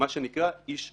מה שנקרא איש שלומו.